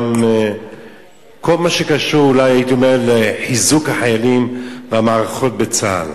כל מה שקשור לחיזוק החיילים והמערכות בצה"ל.